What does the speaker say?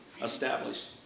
established